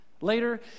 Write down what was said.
Later